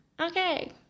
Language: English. Okay